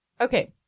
Okay